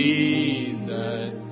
Jesus